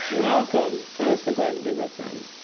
welcome. i was so glad to be with them